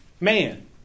man